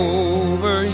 over